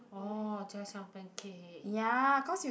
oh jia-xiang pancake